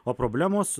o problemos